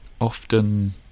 often